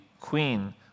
queen